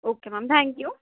okay ma'am thank you